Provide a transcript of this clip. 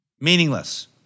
meaningless